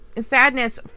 sadness